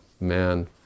man